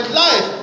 life